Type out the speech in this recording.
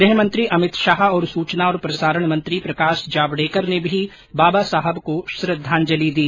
गृहमंत्री अमित शाह और सुचना और प्रसारण मंत्री प्रकाश जावडेकर ने भी बाबा साहब को श्रद्वांजलि दी